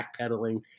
backpedaling